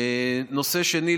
לנושא השני,